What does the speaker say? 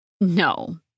No